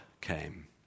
came